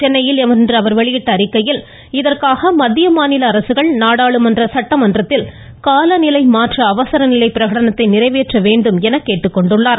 சென்னையில் இன்று அவர் வெளியிட்டுள்ள அறிக்கையில் இதற்காக மத்திய மாநில அரசுகள் நாடாளுமன்றம் சட்டமன்றத்தில் கால நிலை மாற்ற அவசர் நிலை பிரகடனத்தை நிறைவேற்ற வேண்டும் எனக் கேட்டுக்கொண்டுள்ளார்